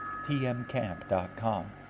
tmcamp.com